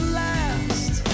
last